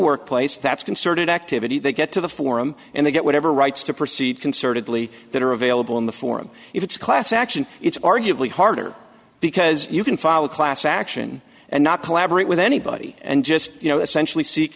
workplace that's concerted activity they get to the forum and they get whatever rights to proceed concertedly that are available in the form if it's a class action it's arguably harder because you can file a class action and not collaborate with anybody and just you know essentially seek